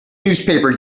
newspaper